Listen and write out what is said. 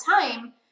time